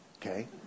okay